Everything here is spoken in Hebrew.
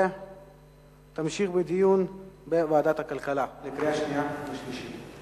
והיא תועבר לדיון בוועדת הכלכלה לקראת קריאה שנייה וקריאה שלישית.